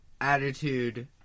attitude